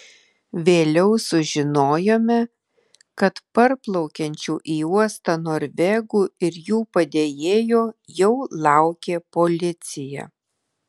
vėliau sužinojome kad parplaukiančių į uostą norvegų ir jų padėjėjo jau laukė policija